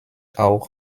auch